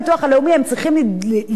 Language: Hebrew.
לדרוש באופן אינדיבידואלי,